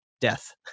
death